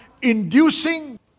Inducing